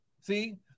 See